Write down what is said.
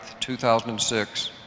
2006